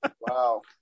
wow